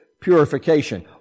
purification